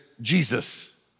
Jesus